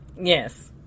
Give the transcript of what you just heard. Yes